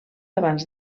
abans